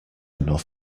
enough